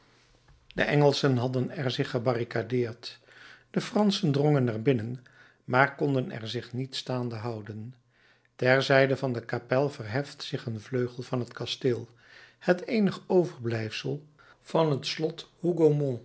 de engelschen hadden er zich gebarricadeerd de franschen drongen er binnen maar konden er zich niet staande houden ter zijde van de kapel verheft zich een vleugel van het kasteel het eenig overblijfsel van het slot